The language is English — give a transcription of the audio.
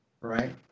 right